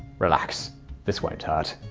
relax this won't hurt.